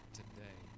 today